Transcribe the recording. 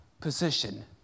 position